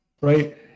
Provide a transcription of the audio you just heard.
right